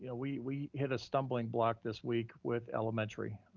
ah we we hit a stumbling block this week with elementary,